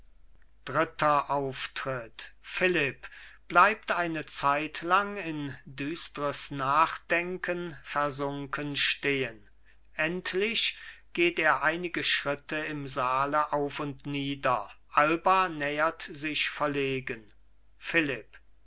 dritter auftritt philipp bleibt eine zeitlang in düstres nachdenken versunken stehen endlich geht er einige schritte im saale auf und nieder alba nähert sich verlegen philipp